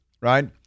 right